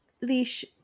leash